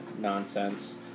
nonsense